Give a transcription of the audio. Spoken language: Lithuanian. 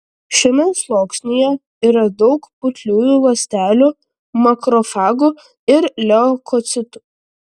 šiame sluoksnyje yra daug putliųjų ląstelių makrofagų ir leukocitų